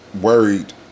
worried